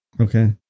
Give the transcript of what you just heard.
Okay